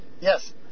Yes